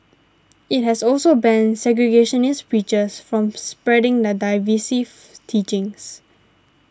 it has also banned segregationist preachers from spreading their divisive teachings